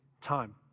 time